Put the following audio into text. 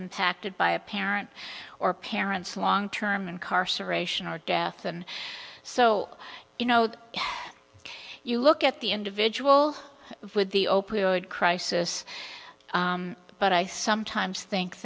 impacted by a parent or parents long term incarceration or death and so you know you look at the individual with the opioid crisis but i sometimes think